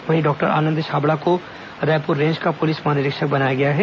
वहीं डॉक्टर आनंद छाबड़ा को रायपुर रेज का पुलिस महानिरीक्षक बनाया गया है